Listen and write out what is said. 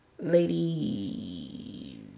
lady